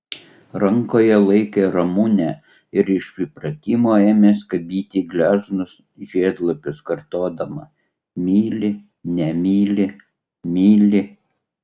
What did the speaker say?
rankoje laikė ramunę ir iš įpratimo ėmė skabyti gležnus žiedlapius kartodama myli nemyli myli